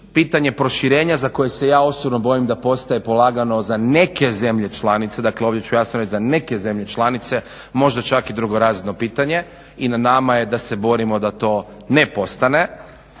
pitanje proširenja za koje se ja osobno bojim da postaje polagano za neke zemlje članice, dakle ovdje ću jasno reći za neke zemlje članice možda čak i drugorazredno pitanje i na nama je da se borimo da to ne postane,